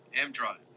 M-Drive